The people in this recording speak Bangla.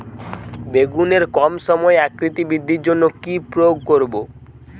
বেগুনের কম সময়ে আকৃতি বৃদ্ধির জন্য কি প্রয়োগ করব?